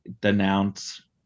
denounce